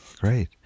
great